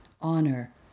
honor